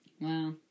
Wow